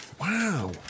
Wow